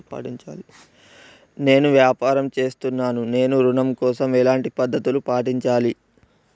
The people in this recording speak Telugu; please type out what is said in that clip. నేను వ్యాపారం చేస్తున్నాను నేను ఋణం కోసం ఎలాంటి పద్దతులు పాటించాలి?